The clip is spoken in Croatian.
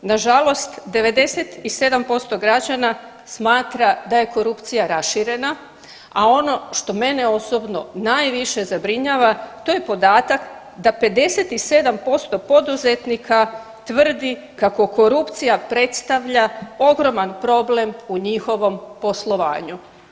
Nažalost, 97% građana smatra da je korupcija raširena, a ono što mene osobno najviše zabrinjava, to je podatak da 57% poduzetnika tvrdi kako korupcija predstavlja ogroman problem u njihovom poslovanju.